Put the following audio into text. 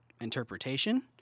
interpretation